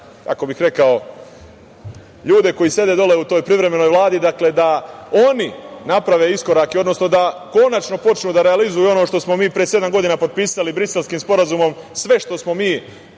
kako bih rekao ljude koji sede dole u toj privremenoj Vladi, da oni naprave iskorak, odnosno da konačno počnu da realizuju ono što smo mi pre sedam godina potpisali Briselskim sporazumom. Sve što je bila